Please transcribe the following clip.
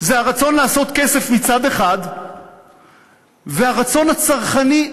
זה הרצון לעשות כסף מצד אחד והרצון הצרכני,